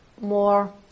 more